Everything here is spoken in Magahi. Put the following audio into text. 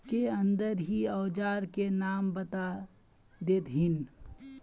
के अंदर ही औजार के नाम बता देतहिन?